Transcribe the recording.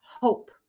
hope